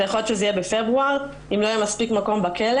ויכול להיות שזה יהיה בפברואר אם לא יהיה מספיק מקום בכלא.